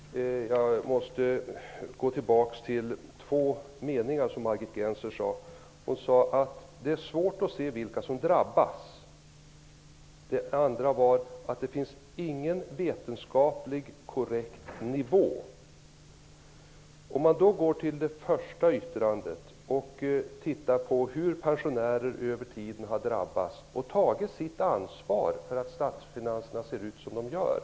Fru talman! Jag måste gå tillbaks till två meningar som Margit Gennser yttrade. Hon sade för det första att det är svårt att se vilka som drabbas, för det andra att det inte finns någon vetenskapligt korrekt nivå. Vad gäller den första meningen vill jag peka på hur pensionärerna tidigare har fått ta sitt ansvar för att statsfinanserna ser ut som de gör.